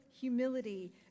humility